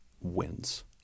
wins